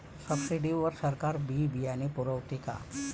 Subsidy वर सरकार बी बियानं पुरवते का?